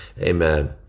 Amen